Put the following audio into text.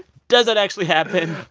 does that actually happen?